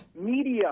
media